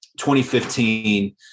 2015